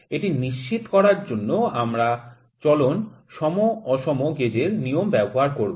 এটি নিশ্চিত করার জন্য আমরা চলন সম অসম গেজের নিয়ম ব্যবহার করব